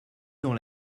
dans